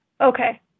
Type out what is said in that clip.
Okay